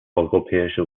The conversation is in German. europäische